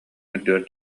үрдүгэр